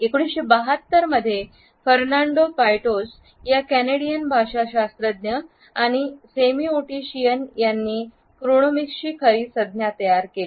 1972 मध्ये Fernando Poyatos या Canadian भाषाशास्त्रज्ञ आणि सेमिओटीशियन यांनी क्रोनोमिक्सची खरी संज्ञा तयार केली